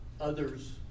others